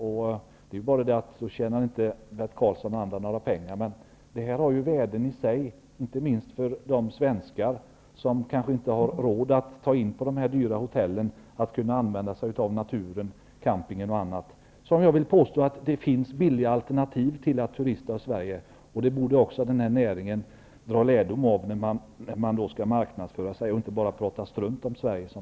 Men på det tjänar inte Bert Karlsson och andra några pengar. Men det har ju ett värde i sig, inte minst för de svenskar som kanske inte har råd att ta in på de dyra hotellen, att kunna utnyttja naturen, campingen, osv. Jag vill alltså påstå att det finns billiga alternativ när det gäller att turista i Sverige. Detta borde också denna näring dra lärdom av när den skall marknadsföra sig och inte bara tala strunt om